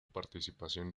participación